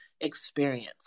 experience